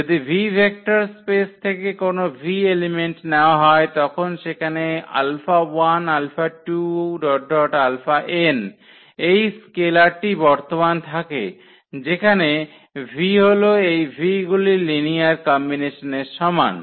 যদি V vector space থেকে কোন v এলিমেন্ট নেওয়া হয় তখন সেখানে এই স্কেলার টি বর্তমান থাকে যেখানে v হলো এই v গুলির লিনিয়ার কম্বিনেশনের সমান